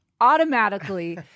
automatically